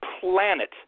planet